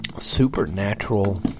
Supernatural